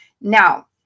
Now